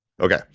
Okay